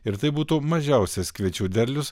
ir tai būtų mažiausias kviečių derlius